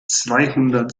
zweihundert